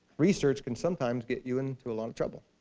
research can sometimes get you into a lot of trouble.